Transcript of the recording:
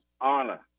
honor